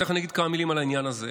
תכף אני אגיד כמה מילים על העניין הזה,